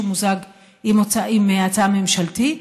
שמוזג עם הצעה ממשלתית.